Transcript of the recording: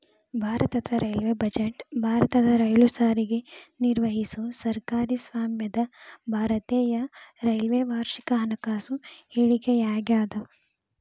ಭಾರತದ railway budget ಭಾರತದ rail ಸಾರಿಗೆ ನಿರ್ವಹಿಸೊ ಸರ್ಕಾರಿ ಸ್ವಾಮ್ಯದ ಭಾರತೇಯ ರೈಲ್ವೆ ವಾರ್ಷಿಕ ಹಣಕಾಸು ಹೇಳಿಕೆಯಾಗ್ಯಾದ